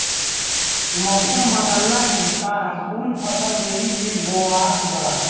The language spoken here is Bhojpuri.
मउसम बदलला के कारण कुल फसल देरी से बोवात बा